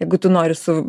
jeigu tu nori su